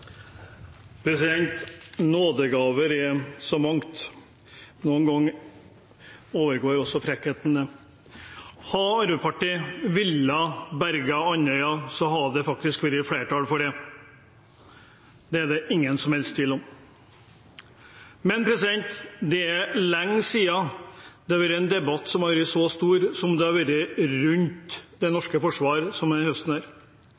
Nådegaver er så mangt. Noen ganger overgår også frekkheten det. Hvis Arbeiderpartiet hadde villet berge Andøya, hadde det faktisk vært flertall for det. Det er det ingen som helst tvil om. Men det er lenge siden det har vært en debatt som har vært så stor som debatten om det norske forsvaret denne høsten. Og som en